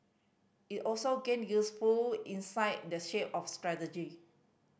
it also gained useful insight the shape of strategy